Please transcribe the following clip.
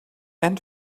and